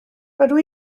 rydw